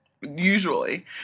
usually